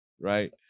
right